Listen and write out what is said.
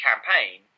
Campaign